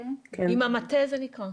עם המטה זה נקרא?